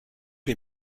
les